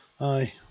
Aye